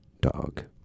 dog